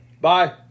Bye